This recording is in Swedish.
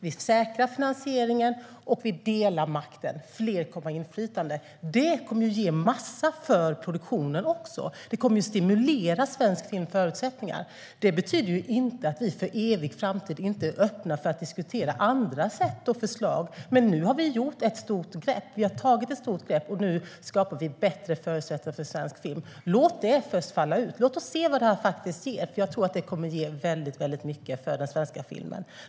Vi ska säkra finansieringen, och vi delar makten - fler kommer att ha inflytande. Det kommer att ge en massa för produktionen också. Det kommer att stimulera svensk films förutsättningar. Detta betyder inte att vi för evig framtid inte är öppna för att diskutera andra sätt och förslag. Men nu har vi tagit ett stort grepp, och nu skapar vi bättre förutsättningar för svensk film. Låt det först falla ut. Låt oss se vad det faktiskt ger. Jag tror nämligen att det kommer att ge väldigt mycket för den svenska filmen.